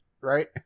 Right